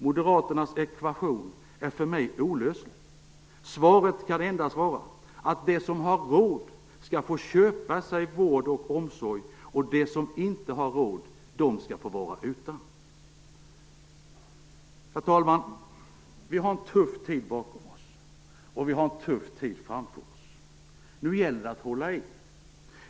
Moderaternas ekvation är för mig olöslig. Svaret kan endast vara att de som har råd skall få köpa sig vård och omsorg och att de som inte har råd skall få vara utan. Herr talman! Vi har en tuff tid bakom oss, och vi har en tuff tid framför oss. Nu gäller det att hålla igen.